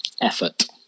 effort